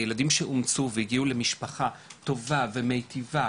הילדים שאומצו והגיעו למשפחה טובה ומיטיבה,